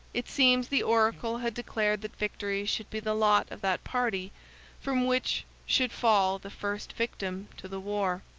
it seems the oracle had declared that victory should be the lot of that party from which should fall the first victim to the war.